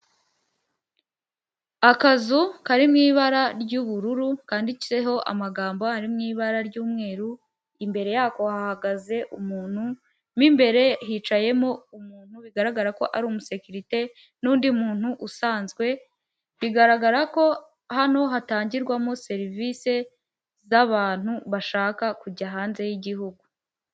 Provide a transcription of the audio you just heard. Akazu kari mu ibara ry'ubururu kanditseho amagambo ari mu ibara ry'umweru, imbere yako hahagaze umuntu mo imbere hicayemo umuntu bigaragara ko ari umusekerite, n'undi muntu usanzwe bigaragara ko hano hatangirwamo serivisi z'abantu bashaka kujya hanze y'igihugu.